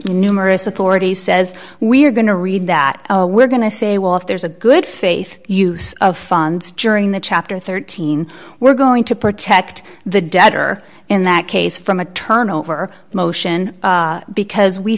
numerous authorities says we're going to read that we're going to say well if there's a good faith use of funds joining the chapter thirteen we're going to protect the debtor in that case from a turnover motion because we